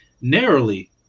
narrowly